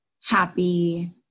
happy